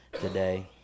today